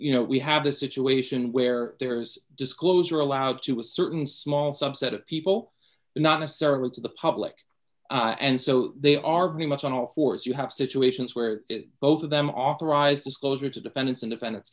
you know we have a situation where there's disclosure allowed to a certain small subset of people not necessarily to the public and so they are very much on all fours you have situations where both of them authorized disclosure to defend its independence